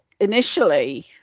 initially